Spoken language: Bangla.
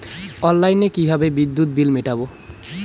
অনলাইনে কিভাবে বিদ্যুৎ বিল মেটাবো?